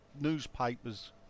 newspapers